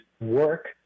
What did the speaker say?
work